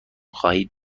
خواهید